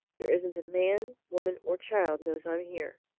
there isn't man, woman, or child knows i'm here.